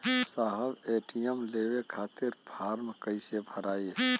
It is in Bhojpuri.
साहब ए.टी.एम लेवे खतीं फॉर्म कइसे भराई?